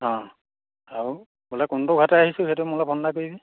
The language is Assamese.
অঁ আৰু বোলে কোনটো ঘাটেৰে আহিছোঁ সেইটো মোলৈ ফোন এটা কৰিবি